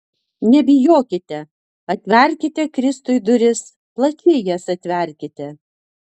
nebijokite atverkite kristui duris plačiai jas atverkite